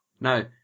no